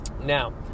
now